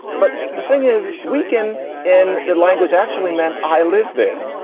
but the thing is weakened in the language actually meant. i live there